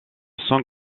son